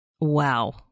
Wow